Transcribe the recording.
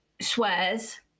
swears